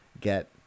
get